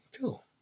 cool